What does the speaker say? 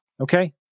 Okay